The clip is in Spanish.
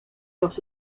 los